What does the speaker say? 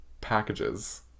packages